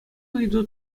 ыйту